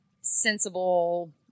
sensible